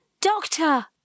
Doctor